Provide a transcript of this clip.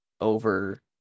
over